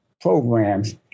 programs